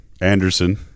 Anderson